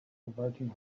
averting